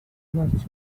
merchant